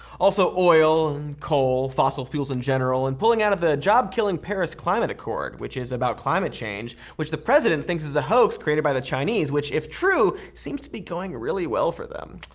also oil, coal, fossil fuels in general, and pulling out of the job-killing paris climate accord, which is about climate change, change, which the president thinks is a hoax created by the chinese, which if true seems to be going really well for them.